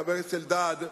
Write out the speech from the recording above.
חבר הכנסת אלדד,